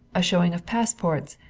a showing of passports,